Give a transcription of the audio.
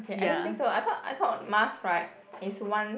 okay I don't think so I thought I thought mask right is one